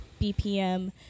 BPM